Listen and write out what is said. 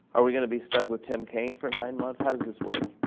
are we going to be stuck with tim kaine for nine months? how does this work?